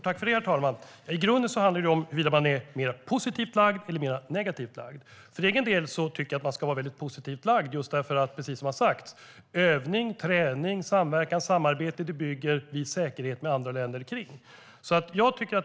Herr talman! I grunden handlar det om huruvida man är mer positivt lagd eller mer negativt lagd. För egen del tycker jag att man ska vara positivt lagd eftersom vi bygger säkerhet med andra länder genom övning, träning, samverkan och samarbete.